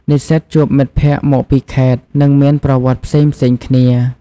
និស្សិតជួបមិត្តភ័ក្តិមកពីខេត្ត និងមានប្រវត្តិផ្សេងៗគ្នា។